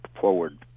forward